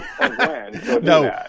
No